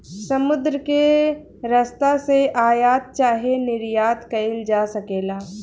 समुद्र के रस्ता से आयात चाहे निर्यात कईल जा सकेला